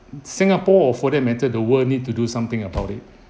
singapore or for that matter the world need to do something about it